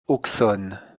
auxonne